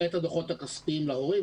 את הדוחות הכספיים להורים.